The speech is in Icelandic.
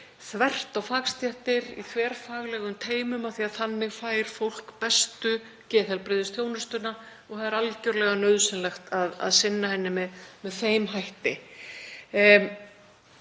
þvert á fagstéttir, í þverfaglegum teymum, af því að þannig fær fólk bestu geðheilbrigðisþjónustuna og það er algerlega nauðsynlegt að sinna henni með þeim hætti.